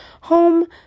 home